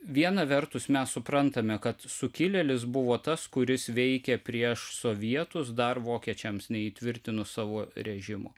viena vertus mes suprantame kad sukilėlis buvo tas kuris veikė prieš sovietus dar vokiečiams neįtvirtinus savo režimo